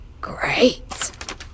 Great